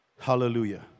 Hallelujah